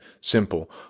Simple